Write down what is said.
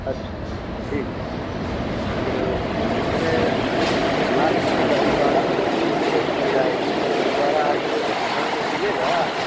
अच्छा ठीक तो उसमें लास्ट में दही बड़ा तो भी ज़रूरत पड़ जाएगी तो दही बड़े आपकी दुकान में मिलेंगे